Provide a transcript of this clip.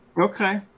Okay